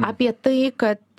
apie tai kad